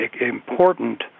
important